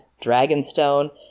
Dragonstone